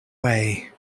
way